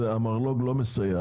המרלו"ג לא מסייע.